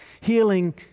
healing